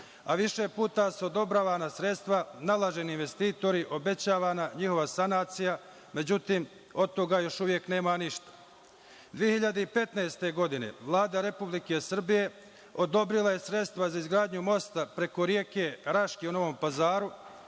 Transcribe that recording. a više puta su odobravana sredstva, nalaženi investitori, obećavana njihova sanacija. Međutim, od toga još uvek nema ništa. Godine 2015. Vlada Republike Srbije odobrila je sredstva za izgradnju mosta preko reke Raške u Novom Pazaru.